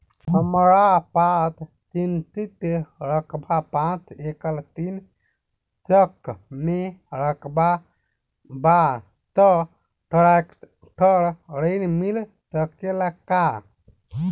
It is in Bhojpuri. हमरा पास सिंचित रकबा पांच एकड़ तीन चक में रकबा बा त ट्रेक्टर ऋण मिल सकेला का?